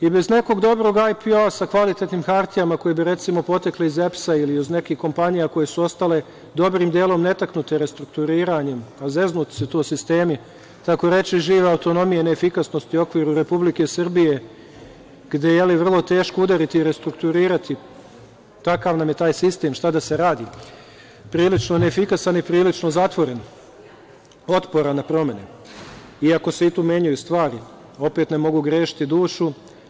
I bez nekog dobrog IPO-a sa kvalitetnim hartijama, koje bi, recimo, potekle iz EPS-a ili iz nekih kompanija koje su ostale dobrim delom netaknute restrukturiranjem, a zeznuti su to sistemi, takoreći žive autonomije neefikasnosti u okviru Republike Srbije, gde je vrlo teško udariti i restrukturirati, takav nam je taj sistem, šta da se radi, prilično neefikasan i prilično zatvoren, otporan na promene, iako se i tu menjaju stvari, opet, ne mogu grešiti dušu.